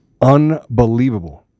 Unbelievable